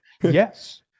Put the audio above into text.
Yes